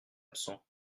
absent